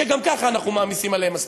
שגם ככה אנחנו מעמיסים עליהם מספיק.